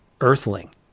earthling